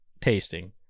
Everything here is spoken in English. tasting